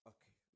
Okay